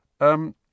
Um